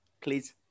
Please